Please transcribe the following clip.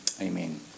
Amen